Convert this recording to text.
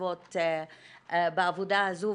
מתייצבות בעבודה הזו.